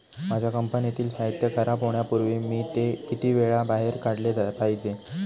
माझ्या कंपनीतील साहित्य खराब होण्यापूर्वी मी ते किती वेळा बाहेर काढले पाहिजे?